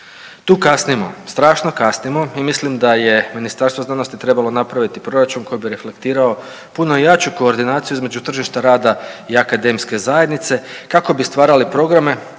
Tu kasnimo, strašno kasnimo i mislim da je Ministarstvo znanosti trebalo napraviti proračun koji bi reflektirao puno jaču koordinaciju između tržišta rada i akademske zajednice kako bi stvarali programe